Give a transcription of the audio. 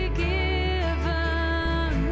given